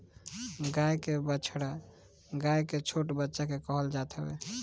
गाई के बछड़ा गाई के छोट बच्चा के कहल जात हवे